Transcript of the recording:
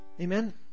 Amen